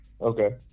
Okay